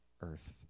earth